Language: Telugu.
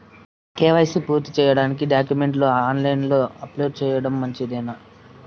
కే.వై.సి పూర్తి సేయడానికి డాక్యుమెంట్లు ని ఆన్ లైను లో అప్లోడ్ సేయడం మంచిదేనా?